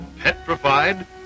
petrified